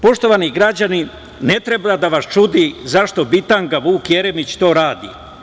Poštovani građani, ne treba da vas čudi zašto bitanga Vuk Jeremić to radi.